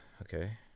okay